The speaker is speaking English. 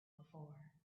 before